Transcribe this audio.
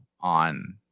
on